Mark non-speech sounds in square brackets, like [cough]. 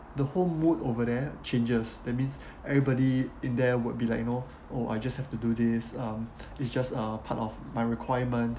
the whole mood over there changes that means [breath] everybody in there would be like you know oh I just have to do this um it's just a part of my requirement